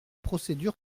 procédure